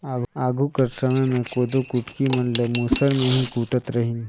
आघु कर समे मे कोदो कुटकी मन ल मूसर मे ही कूटत रहिन